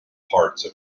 parts